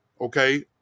okay